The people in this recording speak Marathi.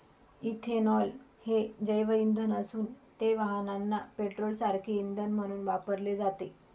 इथेनॉल हे जैवइंधन असून ते वाहनांना पेट्रोलसारखे इंधन म्हणून वापरले जाते